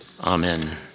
Amen